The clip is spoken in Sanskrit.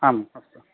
आम् अस्तु